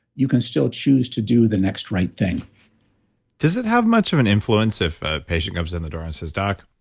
you can still choose to do the next right thing does it have much of an influence if a patient comes in the door and says, doc,